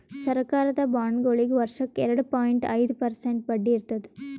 ಸರಕಾರದ ಬಾಂಡ್ಗೊಳಿಗ್ ವರ್ಷಕ್ಕ್ ಎರಡ ಪಾಯಿಂಟ್ ಐದ್ ಪರ್ಸೆಂಟ್ ಬಡ್ಡಿ ಇರ್ತದ್